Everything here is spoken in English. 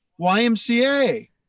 YMCA